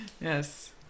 Yes